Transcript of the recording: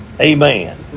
Amen